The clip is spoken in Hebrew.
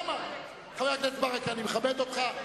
חבר הכנסת ברכה, אני מכבד אותך.